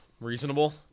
reasonable